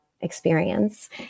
experience